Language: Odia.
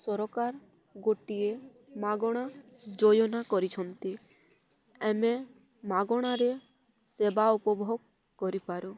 ସରକାର ଗୋଟିଏ ମାଗଣା ଯୋଜନା କରିଛନ୍ତି ଆମେ ମାଗଣାରେ ସେବା ଉପଭୋଗ କରିପାରୁ